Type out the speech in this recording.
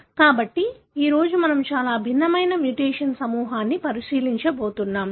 కాబట్టి ఈ రోజు మనం చాలా భిన్నమైన మ్యుటేషన్ సమూహాన్ని పరిశీలించబోతున్నాం